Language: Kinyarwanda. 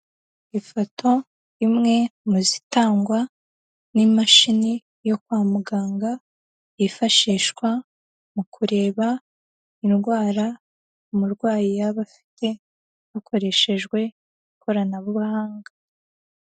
Ifoto imwe mu zitangwa n'imashini yo kwa muganga yifashishwa mu kureba indwara umurwayi yaba afite hakoreshejwe ikoranabuhanga.